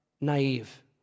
naive